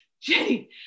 Jenny